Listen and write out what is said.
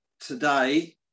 today